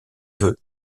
vœux